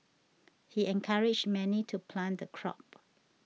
he encouraged many to plant the crop